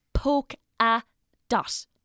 Poke-a-dot